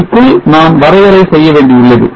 sub க்குள் நான் வரையறை செய்யவேண்டியுள்ளது